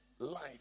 life